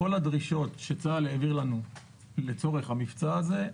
כל הדרישות שצה"ל העביר לנו לצורך המבצע הזה,